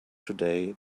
today